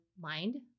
mind